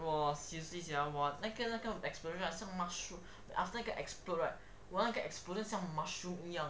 !wah! seriously sia !wah! 那个那个 explosion 像 mushroom after 那个 explode right !wah! 那个 explosion 像 mushroom